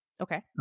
Okay